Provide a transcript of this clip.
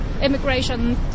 immigration